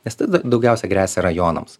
nes tada daugiausia gresia rajonams